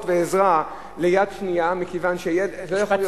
ועזרה ליד שנייה מכיוון שלא יכול להיות,